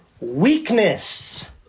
weakness